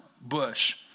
bush